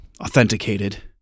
authenticated